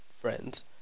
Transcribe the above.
friends